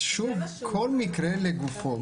אז שוב, כל מקרה לגופו.